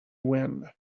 wind